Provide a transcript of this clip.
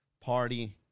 party